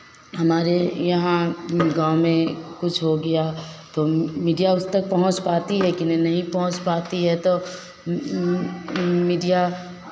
हमारे यहाँ गाँव में कुछ हो गया तो मीडिया उस तक पहुँच पाती लेकिन नहीं पहुँच पाती है तो मीडिया